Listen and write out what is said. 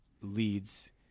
leads